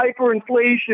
hyperinflation